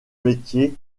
métiers